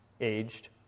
aged